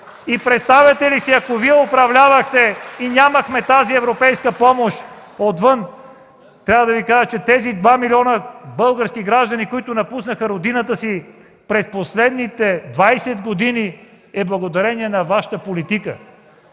Представяте ли си, ако Вие управлявахте и нямахме тази европейска помощ отвън!? Трябва да Ви кажа, че тези 2 милиона български граждани напуснаха родината си през последните 20 години благодарение на Вашата политика.